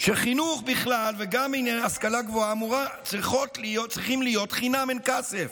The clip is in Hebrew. שחינוך בכלל וגם השכלה גבוהה צריכים להיות חינם אין כסף,